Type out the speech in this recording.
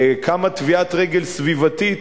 כמה טביעת רגל סביבתית,